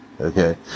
okay